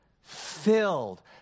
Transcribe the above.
filled